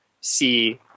see